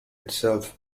itself